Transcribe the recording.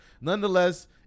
Nonetheless